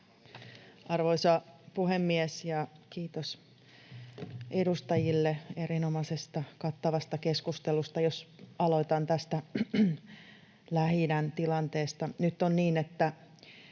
Arvoisa puhemies! Kiitos edustajille erinomaisesta, kattavasta keskustelusta. Jos aloitan tästä Lähi-idän tilanteesta.